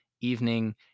evening